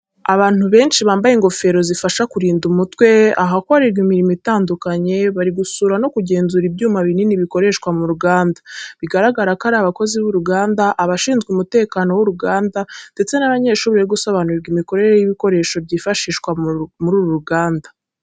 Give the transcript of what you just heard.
Abantu benshi bambaye ingofero zifasha mu kurinda umutwe ahakorerwa imirimo itandukanye, bari gusura no kugenzura ibyuma binini bikoreshwa mu ruganda. Biragaragara ko ari abakozi b’uruganda, abashinzwe umutekano w’uruganda, ndetse n'abanyeshuri bari gusobanurirwa imikorere y’ibikoresho byifashishwa muri uru ruganda.